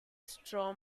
straw